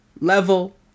level